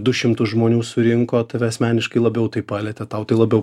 du šimtus žmonių surinko tave asmeniškai labiau tai palietė tau tai labiau